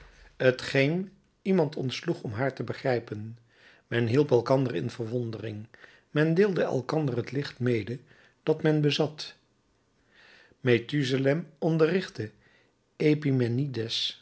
geen iemand ontsloeg om haar te begrijpen men hielp elkander in verwondering men deelde elkander het licht mede dat men bezat methuzalem onderrichtte